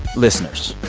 listeners,